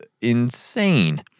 insane